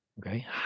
okay